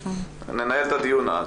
ננהל את הדיון אז.